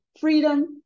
freedom